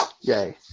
Yay